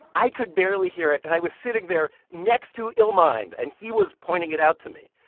i could barely hear it. and i was sitting there next to illmind, and he was pointing it out to me.